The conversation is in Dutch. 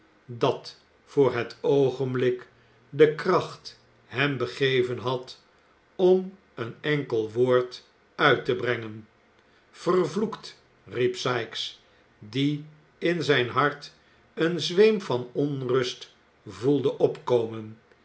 dat voor het oogenblik de kracht hem begeven had om een enkel woord uit te brengen vervloekt riep sikes die in zijn hart een zweem van onrust voelde opkomen